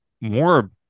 more